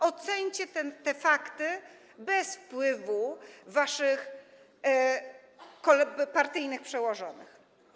Oceńcie te fakty bez wpływu waszych partyjnych przełożonych.